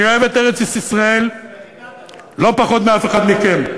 אני אוהב את ארץ-ישראל לא פחות מאף אחד מכם,